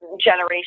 generation